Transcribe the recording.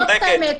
זאת האמת.